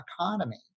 economy